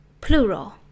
plural